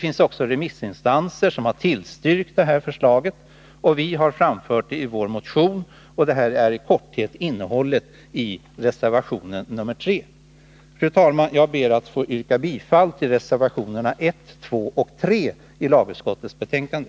Flera remissinstanser har tillstyrkt förslaget, och vi har framfört det i vår motion. — Detta var i korthet innehållet i reservation nr 3. Fru talman! Jag ber att få yrka bifall till reservationerna 1, 2 och 3 i lagutskottets betänkande.